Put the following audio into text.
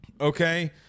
Okay